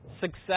success